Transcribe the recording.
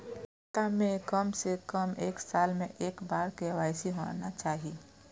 खाता में काम से कम एक साल में एक बार के.वाई.सी होना चाहि?